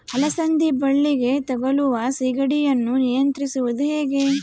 ಅಲಸಂದಿ ಬಳ್ಳಿಗೆ ತಗುಲುವ ಸೇಗಡಿ ಯನ್ನು ನಿಯಂತ್ರಿಸುವುದು ಹೇಗೆ?